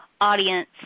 audience